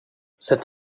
cet